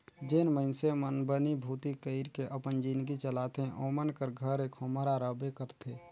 जेन मइनसे मन बनी भूती कइर के अपन जिनगी चलाथे ओमन कर घरे खोम्हरा रहबे करथे